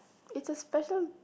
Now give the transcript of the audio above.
it's a special